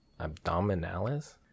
Abdominalis